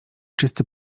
czysty